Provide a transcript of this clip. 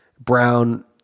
Brown